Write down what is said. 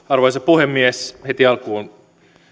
arvoisa puhemies heti alkuun